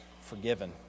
forgiven